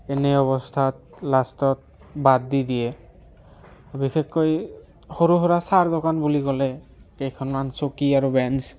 এনে অৱস্থাত লাষ্টত বাদ দি দিয়ে বিশেষকৈ সৰু সুৰা চাহৰ দোকান বুলি ক'লে কেইখনমান চকী আৰু বেঞ্চ